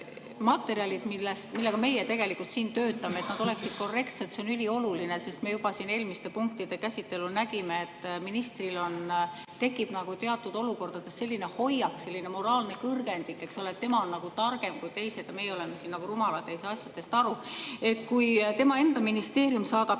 materjalid, millega me siin töötame, oleksid korrektsed, on ülioluline. Me juba eelmiste punktide käsitelul nägime, et ministril tekib teatud olukordades selline hoiak, selline moraalne kõrgendik, et tema on nagu targem kui teised ja meie oleme siin nagu rumalad, ei saa asjadest aru. Kui tema enda ministeerium saadab